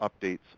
updates